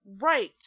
Right